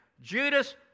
Judas